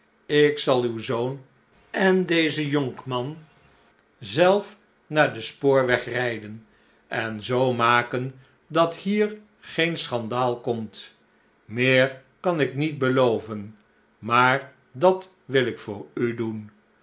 ik zal uw zoon en dezen jonkman zelf naar den spoorwegrijden en zoo maken dat hier geen schandaal komt meer kan ik niet beloven maar dat wil ik voor u doen